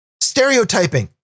Stereotyping